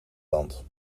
land